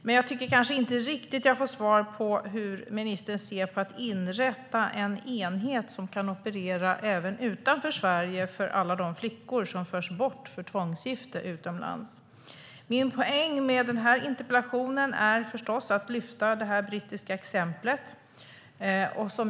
Men jag tycker kanske inte att jag riktigt får svar på hur ministern ser på att inrätta en enhet som kan operera även utanför Sverige för att hjälpa alla de flickor som förs bort för tvångsgifte utomlands. Min poäng med interpellationen är att lyfta fram det brittiska exemplet.